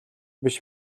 биш